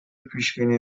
پیشبینی